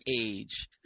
age